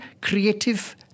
creative